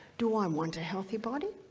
do i um want a healthy body,